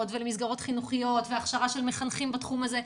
ולמסגרות חינוכיות והכשרה של מחנכים בתחום הזה.